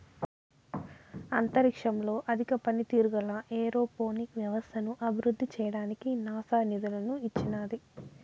అంతరిక్షంలో అధిక పనితీరు గల ఏరోపోనిక్ వ్యవస్థను అభివృద్ధి చేయడానికి నాసా నిధులను ఇచ్చినాది